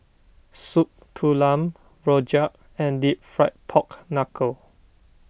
Soup Tulang Rojak and Deep Fried Pork Knuckle